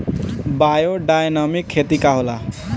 Biodynamic खेती का होला?